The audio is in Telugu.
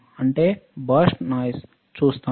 ఆపై భరష్ట్ నాయిస్ చూస్తాము